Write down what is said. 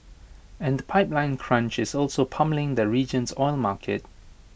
and the pipeline crunch is also pummelling the region's oil market